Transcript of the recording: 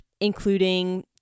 including